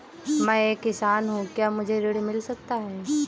मैं एक किसान हूँ क्या मुझे ऋण मिल सकता है?